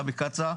בקצא"א,